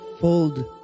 fold